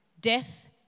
death